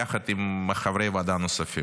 יחד עם חברי ועדה נוספים.